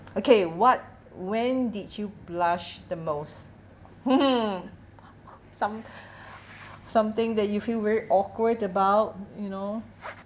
okay what when did you blush the most some~ something that you feel very awkward about you know